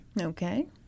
Okay